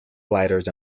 gliders